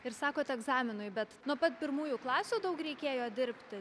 ir sakot egzaminui bet nuo pat pirmųjų klasių daug reikėjo dirbti